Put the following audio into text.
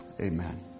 Amen